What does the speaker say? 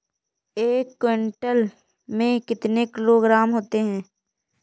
एक क्विंटल में कितने किलोग्राम होते हैं?